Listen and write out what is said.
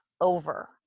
over